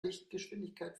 lichtgeschwindigkeit